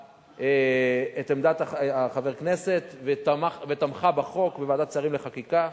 עמדת חבר הכנסת ותמכה בחוק בוועדת שרים לחקיקה.